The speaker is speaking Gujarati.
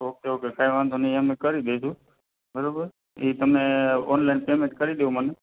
ઓકે ઓકે કંઈ વાંધો નહીં એ અમે કરી લઈશું બરોબર એ તમે અ ઓનલાઈન પેમેન્ટ કરી દો મને